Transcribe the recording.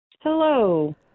Hello